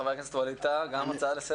חבר הכנסת ווליד טאהאה, בבקשה.